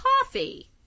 coffee